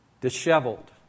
disheveled